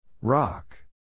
Rock